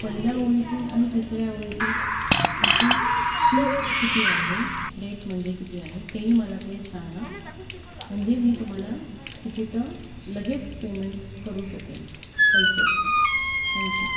पहिल्या ओळीतील आणि तिसऱ्या ओळीतील त्यांची फीस किती आहे रेट म्हणजे किती आहे तेही मला प्लीज सांगा म्हणजे मी तुम्हाला तिकिटं लगेच पेमेंट करू शकेन पैसे थँक्यू